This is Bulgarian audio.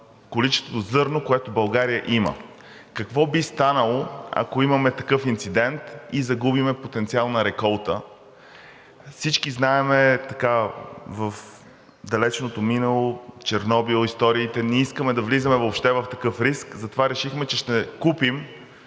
количеството зърно, което България има. Какво би станало, ако имаме такъв инцидент и загубим потенциална реколта? Всички знаем в далечното минало Чернобил, историите – не искаме да влизаме въобще в такъв риск, затова решихме, че ще купим